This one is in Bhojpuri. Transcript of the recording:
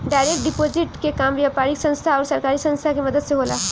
डायरेक्ट डिपॉजिट के काम व्यापारिक संस्था आउर सरकारी संस्था के मदद से होला